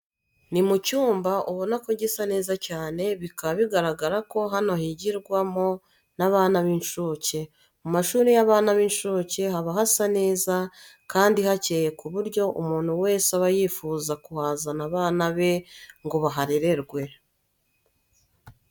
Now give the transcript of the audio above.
Ni mu cyumba ubona ko gisa neza cyane, bikaba bigaragara ko hano higirwamo n'abana b'incuke. Mu mashuri y'abana b'incuke haba hasa neza kandi hacyeye ku buryo umuntu wese aba yifuza kuhazana bana be ngo baharererwe.